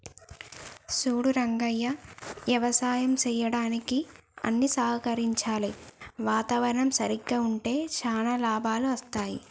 సూడు రంగయ్య యవసాయం సెయ్యడానికి అన్ని సహకరించాలి వాతావరణం సరిగ్గా ఉంటే శానా లాభాలు అస్తాయి